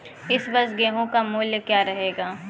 इस वर्ष गेहूँ का मूल्य क्या रहेगा?